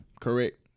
correct